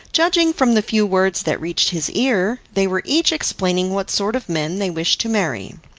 judging from the few words that reached his ear, they were each explaining what sort of men they wished to marry.